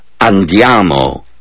Andiamo